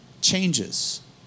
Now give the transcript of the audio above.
changes